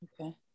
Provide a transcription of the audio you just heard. okay